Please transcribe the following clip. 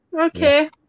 Okay